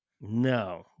No